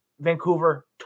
Vancouver